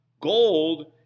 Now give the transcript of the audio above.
Gold